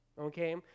okay